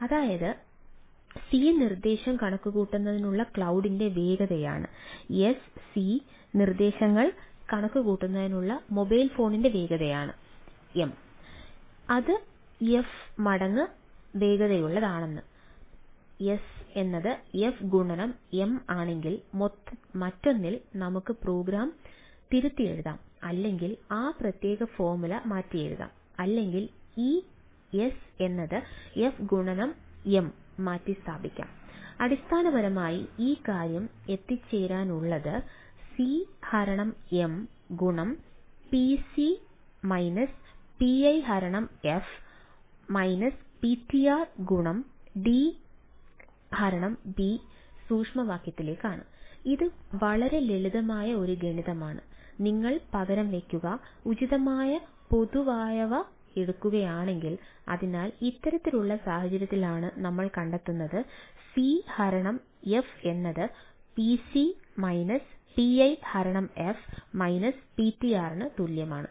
അതായത് സി നിർദ്ദേശം കണക്കുകൂട്ടുന്നതിനുള്ള ക്ലൌഡിന്റെ വേഗതയാണ് എസ് സി നിർദ്ദേശങ്ങൾ കണക്കുകൂട്ടുന്നതിനുള്ള മൊബൈൽ Ptr ന് തുല്യമാണ്